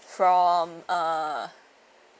from uh